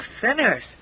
sinners